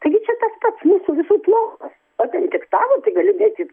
taigi čia tas pats mūsų visų plotas o ten tik tavo tai gali dėti